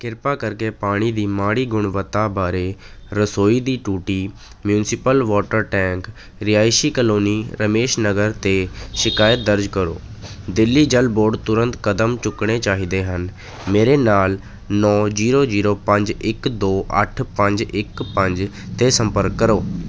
ਕਿਰਪਾ ਕਰਕੇ ਪਾਣੀ ਦੀ ਮਾੜੀ ਗੁਣਵੱਤਾ ਬਾਰੇ ਰਸੋਈ ਦੀ ਟੂਟੀ ਮਿਊਂਸਪਲ ਵਾਟਰ ਟੈਂਕ ਰਿਹਾਇਸ਼ੀ ਕਲੋਨੀ ਰਮੇਸ਼ ਨਗਰ 'ਤੇ ਸ਼ਿਕਾਇਤ ਦਰਜ ਕਰੋ ਦਿੱਲੀ ਜਲ ਬੋਰਡ ਤੁਰੰਤ ਕਦਮ ਚੁੱਕਣੇ ਚਾਹੀਦੇ ਹਨ ਮੇਰੇ ਨਾਲ ਨੌਂ ਜੀਰੋ ਜੀਰੋ ਪੰਜ ਇੱਕ ਦੋ ਅੱਠ ਪੰਜ ਇੱਕ ਪੰਜ 'ਤੇ ਸੰਪਰਕ ਕਰੋ